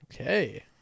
Okay